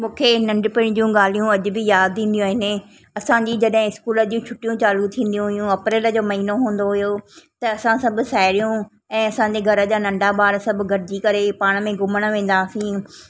मूंखे नंढपण जूं ॻाल्हियूं अॼ बि यादि ईंदियूं आहिनि असांजी जॾहिं स्कूल जूं छुटियूं चालू थींदियूं हुयूं अप्रेल जो महीनो हुंदो हुओ त असां सब साहेड़ियूं ऐं असांजे घर जा नंढा ॿार सभु गॾजी करे पाण में घुमणु वेंदा हुआसीं